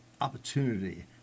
opportunity